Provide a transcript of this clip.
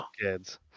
kids